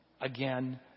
again